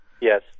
Yes